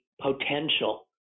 potential